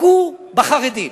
תכו בחרדים.